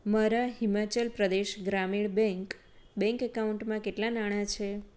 મારા Himachal Pradesh Gramin bank bank એકાઉન્ટમાં કેટલા નાણાં છે